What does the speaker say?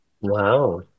Wow